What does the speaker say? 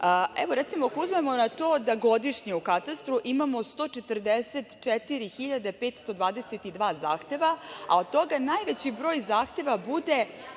Recimo, ako uzmemo to da godišnje u katastru imamo 144.522 zahteva, a od toga najveći broj zahteva bude